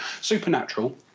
Supernatural